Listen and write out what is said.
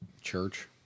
church